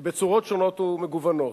בצורות שונות ומגוונות.